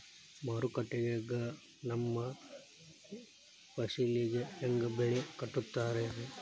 ಮಾರುಕಟ್ಟೆ ಗ ನಮ್ಮ ಫಸಲಿಗೆ ಹೆಂಗ್ ಬೆಲೆ ಕಟ್ಟುತ್ತಾರ ರಿ?